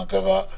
מה קרה?